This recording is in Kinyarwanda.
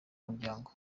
muryango